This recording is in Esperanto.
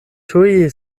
tuj